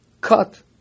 cut